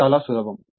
ఇది చాలా సులభం